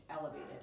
elevated